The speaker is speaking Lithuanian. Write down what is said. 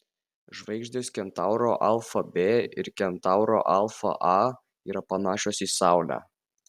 žvaigždės kentauro alfa b ir kentauro alfa a yra panašios į saulę